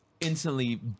instantly